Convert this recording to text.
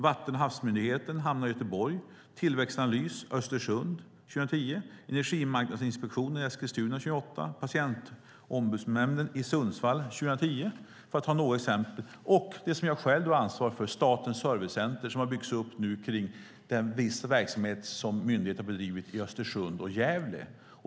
Vatten och havsmyndigheten hamnade i Göteborg, Tillväxtanalys i Östersund 2010, Energimarknadsinspektionen i Eskilstuna 2008 och Patientombudsmännen i Sundsvall 2010, för att ta några exempel. Och det som jag själv ansvarar för, Statens servicecenter, har byggts upp kring den verksamhet som myndigheten har bedrivit i Östersund och Gävle.